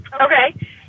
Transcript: Okay